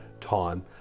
time